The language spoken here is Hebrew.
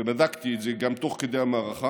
ובדקתי את זה גם תוך כדי המערכה,